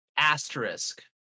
asterisk